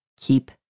keep